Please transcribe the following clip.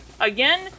again